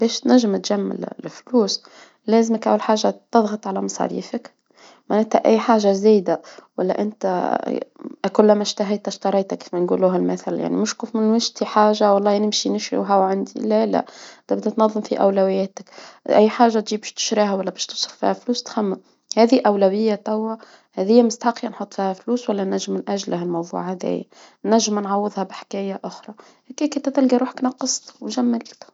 بش نجم نجميل الفلوس لازم تعاود حاجة تضغط على مصاريفك، معناتها أي حاجة زايدة، ولا إنت كلما اشتهيت اشتريت كيفما نقولو المثل، يعني مش في حاجة والله نمشي نشري وهاو عندي لا لا، دابا تتنضم في اولوياتك، أي حاجة تجي باش تشريها ولا باش تشفها في ازم نتاع الحاجة تضغط على مصاريفك، معناتها أي حاجة جديدة ولا إنت كلما اشتهيت اشتريت كيفما نقولوها المثل يعني مش في حاجة والله نمشي نشريوها عندي، لا لا، دابا تتنضم في اولوياتك، أي حاجة تجي باش تشريها ولا باش تشفها تفي هاذي أولوية توا هاذيا نحط لها فلوس ولا نجم من أجلها الموضوع هاذايا نجم نعوضها بحكاية أخرى وجملت،